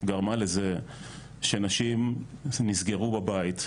גרמה לזה שנשים נסגרו בבית,